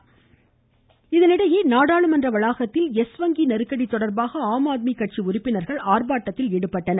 ஆம் ஆத்மி நாடாளுமன்றம் இதனிடையே நாடாளுமன்ற வளாகத்தில் எஸ் வங்கி நெருக்கடி தொடர்பாக ஆம் ஆத்மி கட்சி உறுப்பினர்கள் ஆர்ப்பாட்டத்தில் ஈடுபட்டனர்